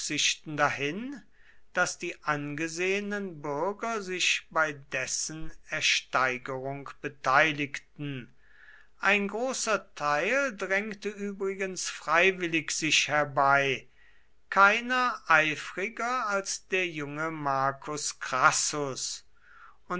dahin daß die angesehenen bürger sich bei dessen ersteigerung beteiligten ein großer teil drängte übrigens freiwillig sich herbei keiner eifriger als der junge marcus crassus